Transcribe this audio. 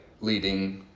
leading